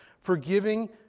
Forgiving